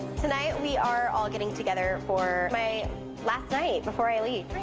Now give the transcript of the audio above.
tonight we are all getting together for my last night before i leave.